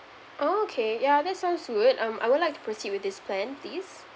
okay ya that sounds good I'm I would like to proceed with this plan please